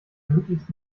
möglichst